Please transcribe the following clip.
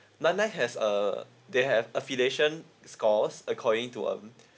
nanyang has a they have affiliation scores according to um